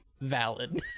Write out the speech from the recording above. valid